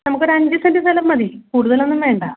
നമുക്കൊരു അഞ്ച് സെൻറ് സ്ഥലം മതി കൂടുതൽ ഒന്നും വേണ്ട